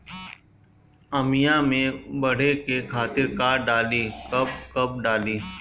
आमिया मैं बढ़े के खातिर का डाली कब कब डाली?